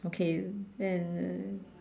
okay then uh